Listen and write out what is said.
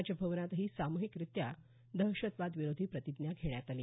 राजभवनातही सामुहिकरित्या दहशतवाद विरोधी प्रतिज्ञा घेण्यात आली